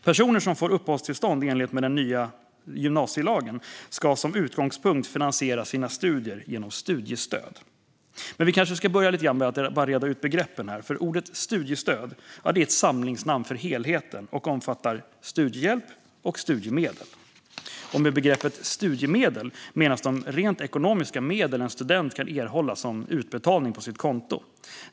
Personer som får uppehållstillstånd i enlighet med den nya gymnasielagen ska som utgångspunkt finansiera sina studier genom studiestöd. Jag kanske ska börja med att bara reda ut begreppen här. Ordet studiestöd är ett samlingsnamn för helheten och omfattar studiehjälp och studiemedel. Med begreppet studiemedel menas de rent ekonomiska medel en student kan erhålla som utbetalning på sitt konto.